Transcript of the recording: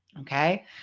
Okay